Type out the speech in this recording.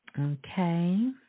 Okay